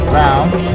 round